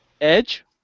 Edge